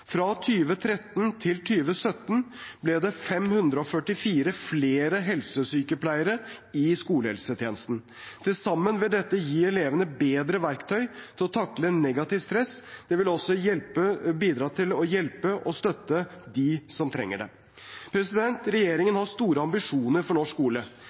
Fra 2013 til 2017 ble det 544 flere helsesykepleiere i skolehelsetjenesten. Til sammen vil dette gi elevene bedre verktøy til å takle negativt stress. Det vil også bidra til å hjelpe og støtte dem som trenger det. Regjeringen har store ambisjoner for norsk skole.